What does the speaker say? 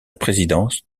présidence